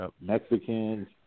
Mexicans